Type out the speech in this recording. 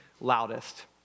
loudest